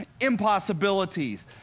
impossibilities